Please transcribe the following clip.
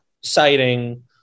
citing